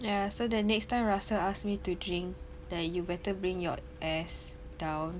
ya so the next time Russell asked me to drink there you better bring your ass down